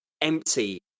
empty